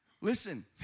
Listen